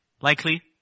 likely